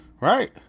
right